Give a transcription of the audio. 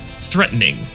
threatening